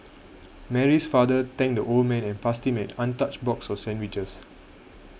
Mary's father thanked the old man and passed him an untouched box of sandwiches